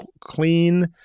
clean